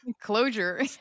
closure